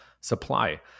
supply